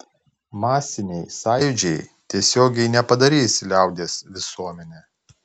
masiniai sąjūdžiai tiesiogiai nepadarys liaudies visuomene